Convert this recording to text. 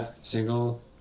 single